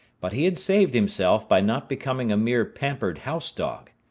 but he had saved himself by not becoming a mere pampered house-dog.